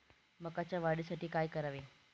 मकाच्या वाढीसाठी काय करावे?